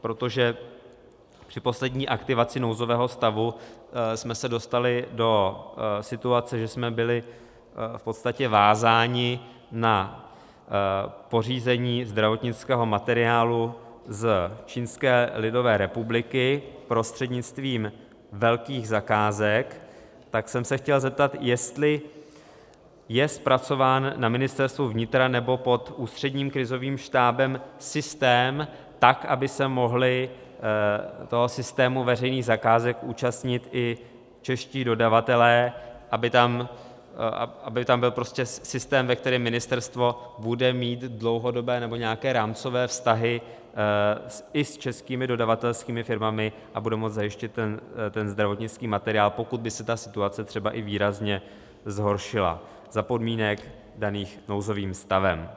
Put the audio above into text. Protože při poslední aktivaci nouzového stavu jsme se dostali do situace, že jsme byli v podstatě vázáni na pořízení zdravotnického materiálu z Čínské lidové republiky prostřednictvím velkých zakázek, tak jsem se chtěl zeptat, jestli je zpracován na Ministerstvu vnitra nebo pod Ústředním krizovým štábem systém tak, aby se mohli systému veřejných zakázek účastnit i čeští dodavatelé, aby tam byl prostě systém, ve kterém ministerstvo bude mít dlouhodobé nebo nějaké rámcové vztahy i s českými dodavatelskými firmami a bude moci zajistit zdravotnický materiál, pokud by se situace třeba i výrazně zhoršila za podmínek daných nouzovým stavem.